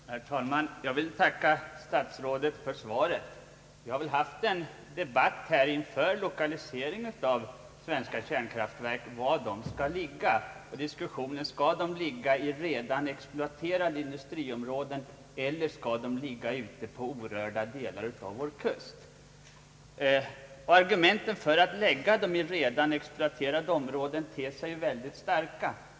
Herr talman! Jag vill tacka statsrådet för svaret. Vi har ju haft en debatt om lokaliseringen av svenska kärnkraftverk. Frågan gäller om de skall ligga i redan exploaterade industriområden eller ute på hittills orörda delar av vår kust. Argumenten för att lägga dem i redan exploaterade områden ter sig mycket starka.